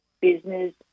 business